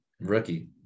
rookie